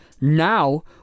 Now